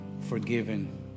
forgiven